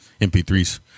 MP3s